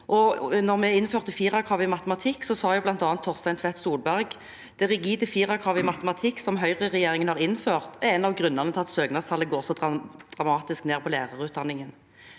Da vi innførte firerkravet i matematikk, sa bl.a. Torstein Tvedt Solberg: «Det rigide firerkravet i matematikk som høyreregjeringen har innført, er en av grunnene til at søknadstallet går så drastisk ned på lærerutdanningen.»